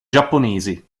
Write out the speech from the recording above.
giapponesi